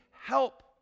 help